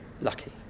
lucky